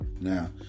Now